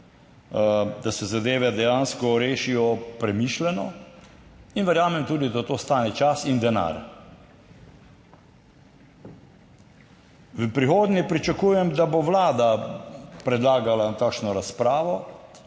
da se zadeve dejansko rešijo premišljeno in verjamem tudi, da to stane čas in denar. V prihodnje pričakujem, da bo Vlada predlagala takšno razpravo,